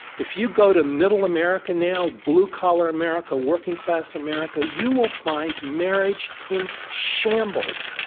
if you go to middle america now, blue-collar america, working-class america, you will find marriage in shambles